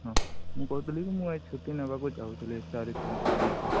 ହଁ ମୁଁ କହୁଥିଲି କି ମୁଁ ଏଇ ଛୁଟି ନେବାକୁ ଚାହୁଁଥିଲି ଚାରି ପାଞ୍ଚ ଦିନ ପାଇଁ